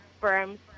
firms